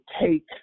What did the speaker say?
take